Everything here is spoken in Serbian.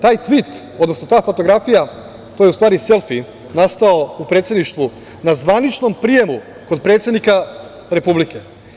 Taj tvit, odnosno ta fotografija to je, u stvari, selfi nastao u Predsedništvu na zvaničnom prijemu kod predsednika Republike.